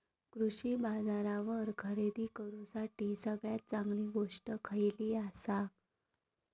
कृषी बाजारावर खरेदी करूसाठी सगळ्यात चांगली गोष्ट खैयली आसा?